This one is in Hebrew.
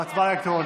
הצבעה אלקטרונית.